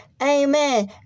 Amen